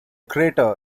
crater